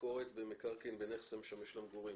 לתקנה 7: "ביקורת במקרקעין בנכס המשמש למגורים".